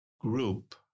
group